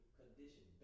condition